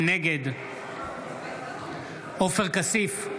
נגד עופר כסיף,